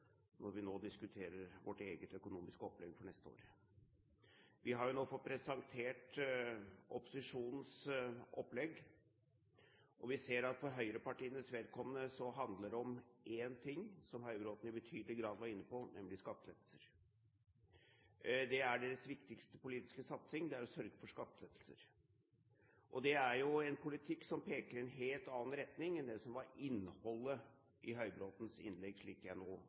når vi nå diskuterer vårt eget økonomiske opplegg for neste år. Vi har nå fått presentert opposisjonens opplegg. Vi ser at for høyrepartienes vedkommende handler det om én ting – som Høybråten i betydelig grad var inne på – nemlig skattelettelser. Deres viktigste politiske satsing er å sørge for skattelettelser. Og det er en politikk som peker i en helt annen retning enn det som var innholdet i Høybråtens innlegg, slik